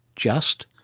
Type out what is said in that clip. just.